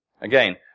Again